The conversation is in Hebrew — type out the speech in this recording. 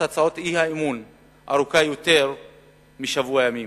הצעות אי-אמון היא פחות מפעם בשבוע ימים,